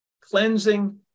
cleansing